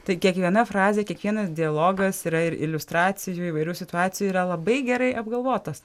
tai kiekviena frazė kiekvienas dialogas yra ir iliustracijų įvairių situacijų yra labai gerai apgalvotas